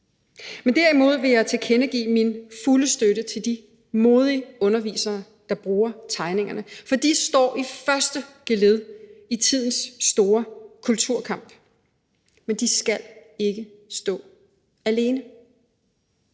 Men derimod vil jeg tilkendegive min fulde støtte til de modige undervisere, der bruger tegningerne, for de står i første geled i tidens store kulturkamp, men de skal ikke stå alene.